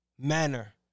manner